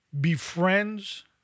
befriends